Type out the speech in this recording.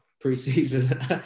pre-season